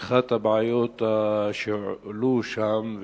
ואחת הבעיות שעלו שם,